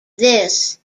this